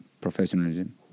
professionalism